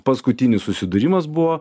paskutinis susidūrimas buvo